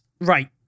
Right